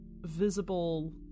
visible